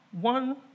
one